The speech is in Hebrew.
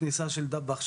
הכניסה של דבאח,